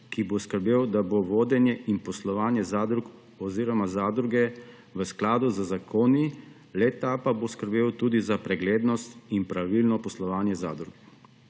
ki bo skrbel, da bo vodenje in poslovanje zadrug oziroma zadruge v skladu z zakoni, le-ta pa bo skrbel tudi za preglednost in pravilno poslovanje zadrug.